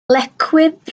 lecwydd